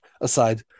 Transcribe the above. aside